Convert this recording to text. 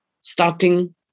starting